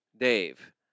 Dave